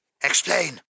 Explain